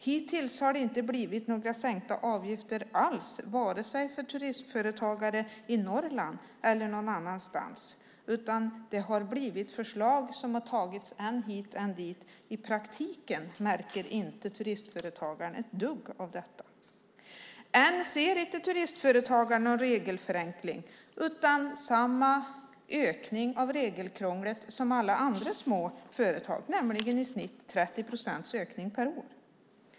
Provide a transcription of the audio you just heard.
Hittills har det inte blivit några sänkta avgifter alls vare sig för turistföretagare i Norrland eller någon annanstans. Det har blivit förslag som har tagits än hit, än dit. I praktiken märker inte turistföretagaren ett dugg av detta. Än ser inte turistföretagaren någon regelförenkling, utan samma ökning av regelkrånglet som alla andra små företag, nämligen i snitt 30 procents ökning per år.